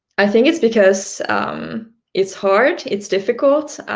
i think it's because it's hard, it's difficult,